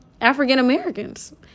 African-Americans